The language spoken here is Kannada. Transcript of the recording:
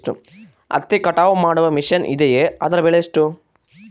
ಹತ್ತಿ ಕಟಾವು ಮಾಡುವ ಮಿಷನ್ ಇದೆಯೇ ಅದರ ಬೆಲೆ ಎಷ್ಟು?